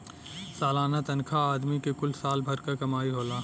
सलाना तनखा आदमी के कुल साल भर क कमाई होला